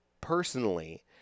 personally